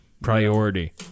priority